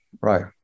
right